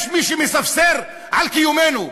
יש מי שמספסר בקיומנו.